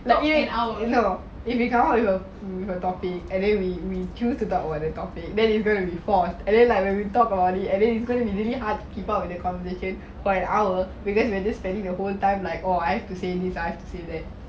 I mean you listen if we come up with a with a topic and then we we choose to talk about the topic then it's gonna be forced and then like when we talk about it and then it's gonna be really hard to keep up with the conversation for an hour because we're just spending the whole time like or I have to say this I have to say that